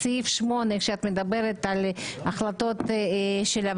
בסעיף 8 כשאת מדברת על החלטות הוועדה,